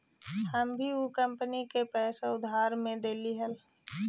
हम भी ऊ कंपनी के पैसा उधार में देली हल